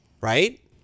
right